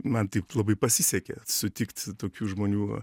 man taip labai pasisekė sutikt tokių žmonių